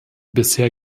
bisher